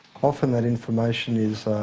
often that information is,